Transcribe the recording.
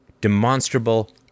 demonstrable